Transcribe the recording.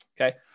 Okay